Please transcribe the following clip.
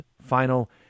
final